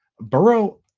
Burrow